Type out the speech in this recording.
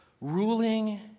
Ruling